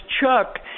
Chuck